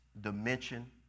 dimension